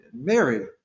Mary